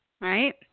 right